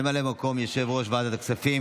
ממלא מקום יושב-ראש ועדת הכספים.